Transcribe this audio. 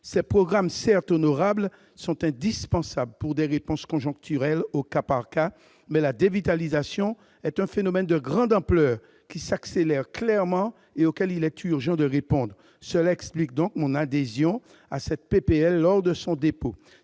Ces programmes, certes honorables, sont indispensables pour des réponses conjoncturelles au cas par cas, mais la dévitalisation est un phénomène de grande ampleur qui s'accélère clairement et auquel il est urgent de répondre. Cela explique mon adhésion à cette proposition de